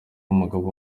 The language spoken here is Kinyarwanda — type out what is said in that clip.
umugabo